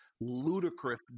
ludicrous